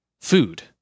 Food